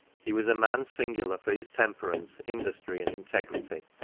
he was a man singu lar for his temperance, industry, and integrity.